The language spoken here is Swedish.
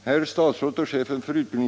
Herr talman!